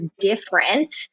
different